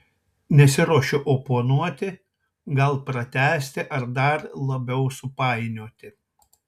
nesiruošiu oponuoti gal pratęsti ar dar labiau supainioti